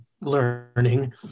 learning